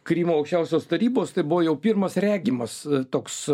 krymo aukščiausios tarybos tai buvo jau pirmas regimas toks